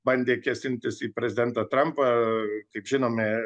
bandė kėsintis į prezidentą trumpą kaip žinome